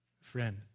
Friend